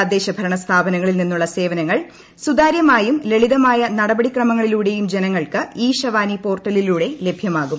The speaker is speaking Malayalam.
തദ്ദേശ ്രഭർണ സ്ഥാപനങ്ങളിൽ നിന്നുള്ള സേവനങ്ങൾ സുതാര്യമായുട്ടു ലൂളിതമായ നടപടിക്രമങ്ങളിലൂടേയും ജനങ്ങൾക്ക് ഇ ഷവാന്റ് പ്പോർട്ടലിലൂടെ ലഭ്യമാകും